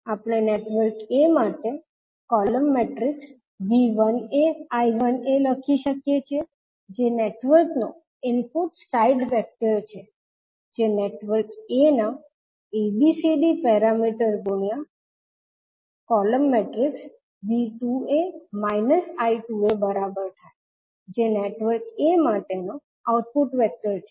આપણે network a માટે લખી શકીએ છીએ જે નેટવર્કનો ઇનપુટ સાઇડ વેક્ટર છે જે નેટવર્ક a ના ABCD પેરમીટર ગુણ્યા બરાબર થાય જે નેટવર્ક a માટેનો આઉટપુટ વેક્ટર છે